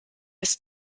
ist